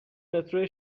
مترو